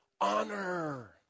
honor